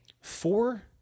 four